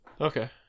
Okay